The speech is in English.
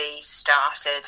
started